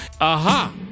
Aha